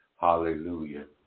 Hallelujah